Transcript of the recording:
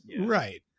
right